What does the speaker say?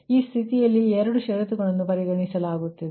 ಆದ್ದರಿಂದ ಈ ಸ್ಥಿತಿಯಲ್ಲಿ 2 ಷರತ್ತುಗಳನ್ನು ಪರಿಗಣಿಸಲಾಗುತ್ತದೆ